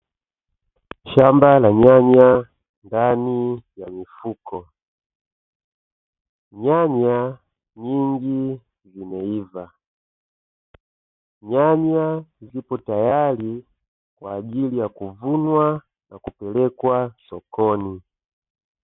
Shamba la nyanya ndani ya mifuko nyanya nyingi zimeiva, nyanya zipo tayari kwa ajili ya kuvunwa na kupelekwa sokoni.